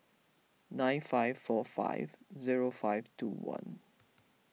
nine five four five zero five two one